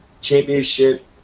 Championship